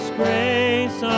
grace